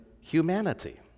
humanity